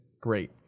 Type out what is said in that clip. great